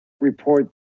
report